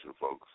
folks